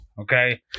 okay